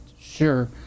sure